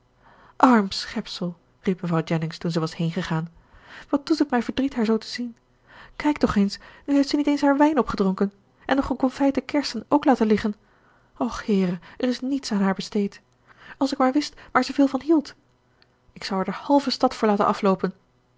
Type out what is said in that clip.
arm schepsel riep mevrouw jennings toen zij was heengegaan wat doet het mij verdriet haar zoo te zien kijk toch eens nu heeft ze niet eens haar wijn opgedronken en de geconfijte kersen ook laten liggen och heere er is niets aan haar besteed als ik maar wist waar ze veel van hield ik zou er de halve stad voor laten afloopen